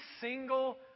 single